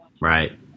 Right